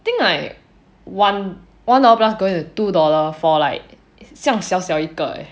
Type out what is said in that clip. think like one one dollar plus going to two dollar for like 这样小小一个 eh